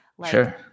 Sure